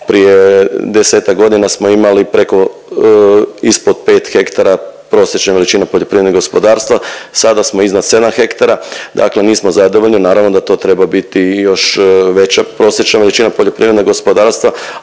prije 10-tak godina smo imali preko, ispod 5 hektara prosječna veličina poljoprivrednih gospodarstava, sada smo iznad 7 hektara, dakle nismo zadovoljni, naravno da to treba biti i još veća prosječna veličina poljoprivrednog gospodarstva,